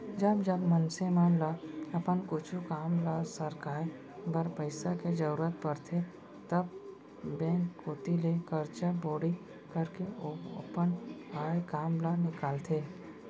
जब जब मनसे मन ल अपन कुछु काम ल सरकाय बर पइसा के जरुरत परथे तब बेंक कोती ले करजा बोड़ी करके अपन आय काम ल निकालथे